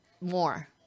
more